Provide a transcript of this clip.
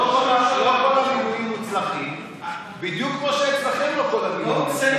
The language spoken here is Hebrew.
לא כל המינויים מוצלחים בדיוק כמו שאצלכם לא כל המינויים מוצלחים.